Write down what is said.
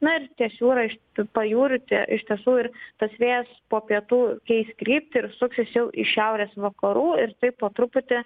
na ir ties jūra iš pajūrio tie iš tiesų ir tas vėjas po pietų keis kryptį ir suksis jau iš šiaurės vakarų ir taip po truputį